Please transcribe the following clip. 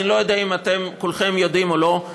אני לא יודע אם כולכם יודעים או לא,